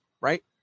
right